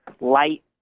light